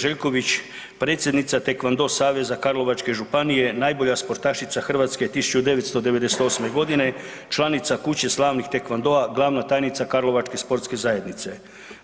Željković, predsjednica Tekvando saveza Karlovačke županije, najbolja sportašica Hrvatske 1998. g., članica Kuće slavnih tekvandoa, glavna tajnica Karlovačke sportske zajednice;